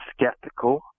skeptical